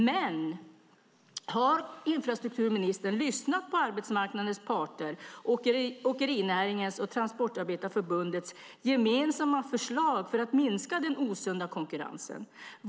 Men har infrastrukturministern lyssnat på arbetsmarknadens parter och på åkerinäringens och Transportarbetarförbundets gemensamma förslag för att minska den osunda konkurrensen?